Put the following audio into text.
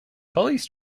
police